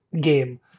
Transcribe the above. Game